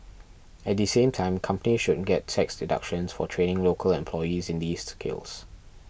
at the same time companies should get tax deductions for training local employees in these skills